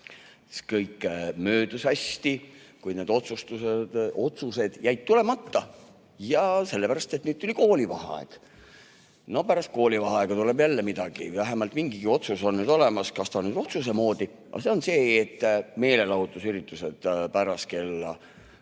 Kõik möödus hästi, kuid otsused jäid tulemata ja sellepärast, et tuli koolivaheaeg. No pärast koolivaheaega tuleb jälle midagi. Vähemalt mingigi otsus on nüüd olemas, aga kas ta on nüüd otsuse moodi. See on see, et meelelahutusüritused [lõppevad]